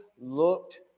looked